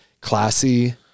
classy